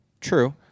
True